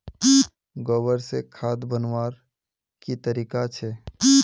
गोबर से खाद बनवार की तरीका छे?